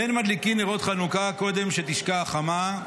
"אין מדליקין נרות חנוכה קודם שתשקע החמה,